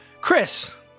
Chris